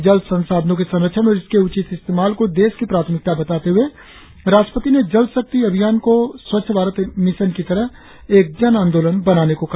जल संसाधनों के संरक्षण और इसके उचित इस्तेमाल को देश की प्राथमिकता बताते हुए राष्ट्रपति ने जल शक्ति अभियान को स्वच्छ भारत मिशन की तरह एक जन आंदोलन बनाने को कहा